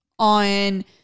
On